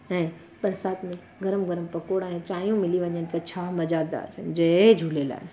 ऐं बरसाति में गरम गरम पकोड़ा ऐं चांहियूं मिली वञनि त छा मज़ा था अचनि जय झूलेलाल